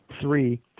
Three